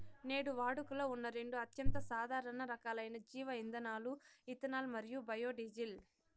నేడు వాడుకలో ఉన్న రెండు అత్యంత సాధారణ రకాలైన జీవ ఇంధనాలు ఇథనాల్ మరియు బయోడీజిల్